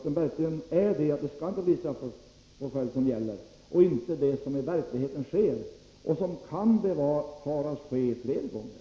Det skall alltså inte bli någon straffpåföljd, som det nu i verkligheten blivit och som det kan befaras bli fler gånger.